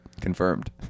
confirmed